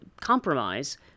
compromise